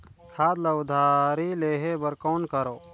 खाद ल उधारी लेहे बर कौन करव?